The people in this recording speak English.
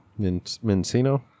Mincino